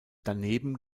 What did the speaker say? daneben